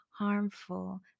harmful